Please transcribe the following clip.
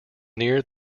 near